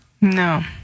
No